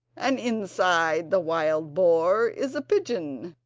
and inside the wild boar is a pigeon,